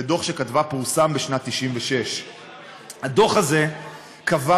ודוח שכתבה פורסם בשנת 1996. הדוח הזה קבע,